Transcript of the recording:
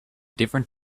different